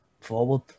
forward